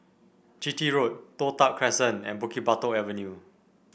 Chitty Road Toh Tuck Crescent and Bukit Batok Avenue